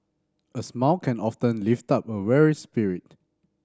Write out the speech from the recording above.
a smile can often lift up a weary spirit